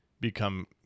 become